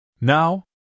Now